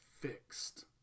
fixed